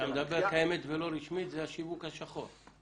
כשאתה אומר קיימת ולא רשמית, זה השיווק השחור.